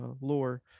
lore